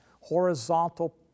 horizontal